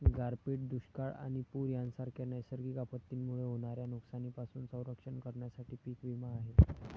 गारपीट, दुष्काळ आणि पूर यांसारख्या नैसर्गिक आपत्तींमुळे होणाऱ्या नुकसानीपासून संरक्षण करण्यासाठी पीक विमा आहे